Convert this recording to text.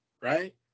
right